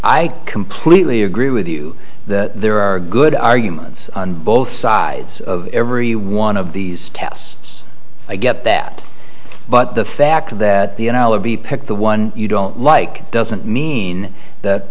completely agree with you that there are good arguments on both sides of every one of these tests i get that but the fact that the n l r b picked the one you don't like doesn't mean that